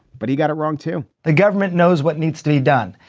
but he got it wrong, too. the government knows what needs to be done.